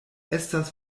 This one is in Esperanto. estas